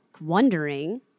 wondering